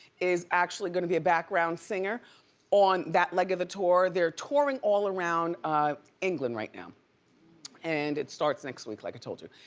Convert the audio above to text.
is actually gonna be a background singer on that leg of the tour. they're touring all around england right now and it starts next week, like i told you.